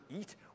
eat